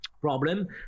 problem